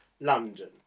London